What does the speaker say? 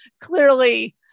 clearly